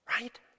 Right